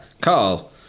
Carl